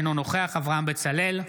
אינו נוכח אברהם בצלאל,